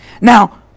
Now